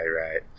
right